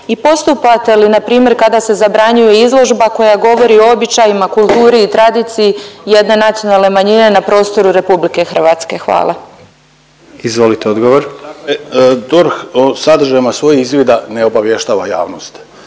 i postupate li npr. kada se zabranjuje izložba koja govori o običajima, kulturi i tradiciji jedne nacionalne manjine na prostoru RH? Hvala. **Jandroković, Gordan (HDZ)** Izvolite odgovor. **Turudić, Ivan** DORH o sadržajima svojih izvida ne obavještava javnost